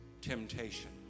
temptation